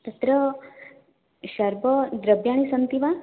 तत्र शर्ब द्रव्याणि सन्ति वा